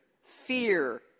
fear